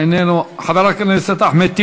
חברת הכנסת מרב מיכאלי,